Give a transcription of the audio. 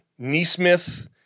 Neesmith